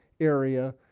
area